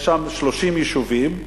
יש שם 30 יישובים,